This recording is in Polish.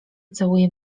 całuje